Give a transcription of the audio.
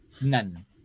none